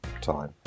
time